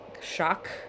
shock